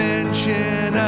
mention